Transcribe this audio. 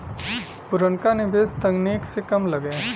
पुरनका निवेस तकनीक से कम लगे